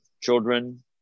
children